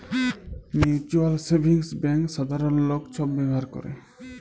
mutual savings bank সাধারল লক ছব ব্যাভার ক্যরে